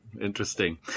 Interesting